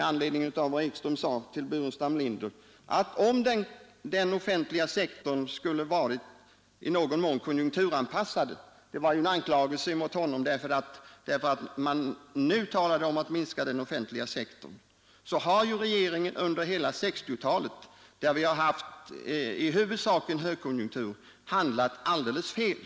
Därtill, om den offentliga sektorn skall i någon mån konjunktur om att minska den offentliga sektorn — så har regeringen under hela 1960-talet, då vi övervägande haft en högkonjunktur, handlat alldeles fel.